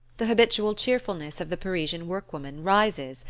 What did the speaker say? the habitual cheerfulness of the parisian workwoman rises,